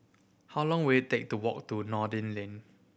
how long will it take to walk to Noordin Lane